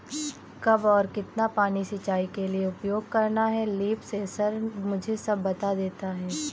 कब और कितना पानी सिंचाई के लिए उपयोग करना है लीफ सेंसर मुझे सब बता देता है